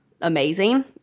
amazing